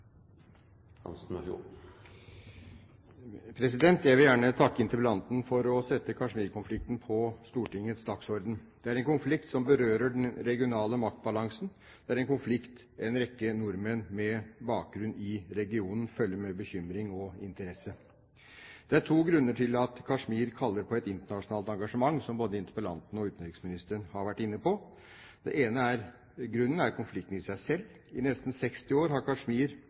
Jeg vil gjerne takke interpellanten for å sette Kashmir-konflikten på Stortingets dagsorden. Det er en konflikt som berører den regionale maktbalansen. Det er en konflikt en rekke nordmenn med bakgrunn i regionen følger med bekymring og interesse. Det er to grunner til at Kashmir kaller på et internasjonalt engasjement, som både interpellanten og utenriksministeren har vært inne på. Den ene grunnen er konflikten i seg selv. I nesten 60 år har Kashmir